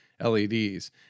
LEDs